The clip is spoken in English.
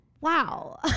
wow